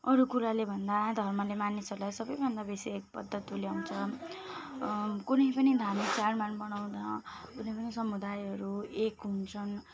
अरू कुराले भन्दा घर्मले मानिसहरूलाई सबैभन्दा बेसी एकबद्ध तुल्याउँछ कुनै पनि धार्मिक चाड बाड मनाउन कुनै पनि समुदायहरू एक हुन्छन्